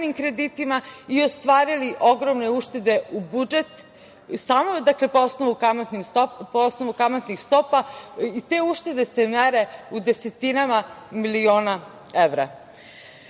i ostvarili ogromne uštede u budžet, samo dakle, po osnovu kamatnih stopa, i te uštede se mere u desetinama milionima